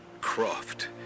Croft